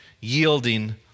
yielding